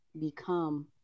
become